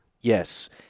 Yes